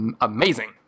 amazing